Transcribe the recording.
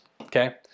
okay